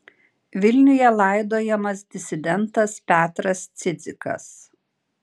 vilniuje laidojamas disidentas petras cidzikas